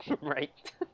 Right